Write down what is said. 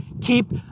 Keep